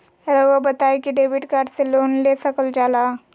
रहुआ बताइं कि डेबिट कार्ड से लोन ले सकल जाला?